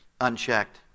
unchecked